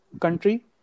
country